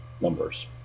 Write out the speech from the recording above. numbers